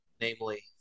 namely